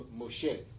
Moshe